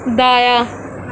دایاں